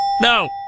No